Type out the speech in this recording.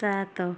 ସାତ